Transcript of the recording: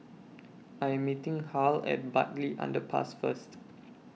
I Am meeting Harl At Bartley Underpass First